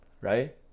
right